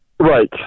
Right